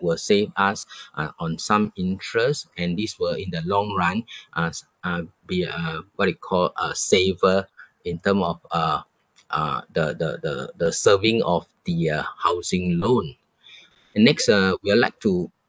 will save us uh on some interest and this will in the long run us uh uh be a what you call a saver in term of uh uh the the the the serving of the uh housing loan and next uh we'll like to